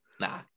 nah